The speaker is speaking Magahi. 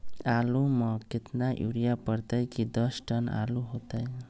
आलु म केतना यूरिया परतई की दस टन आलु होतई?